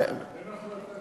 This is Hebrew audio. אין החלטה כזאת.